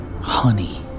honey